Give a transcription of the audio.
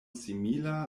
simila